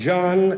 John